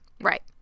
Right